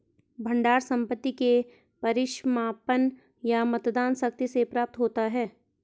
भंडार संपत्ति के परिसमापन या मतदान शक्ति से प्राप्त होता है